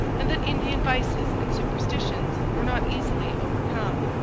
and that indian vices and superstitions were not easily overcome.